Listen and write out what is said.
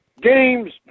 Games